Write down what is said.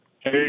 Hey